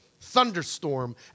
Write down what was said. thunderstorm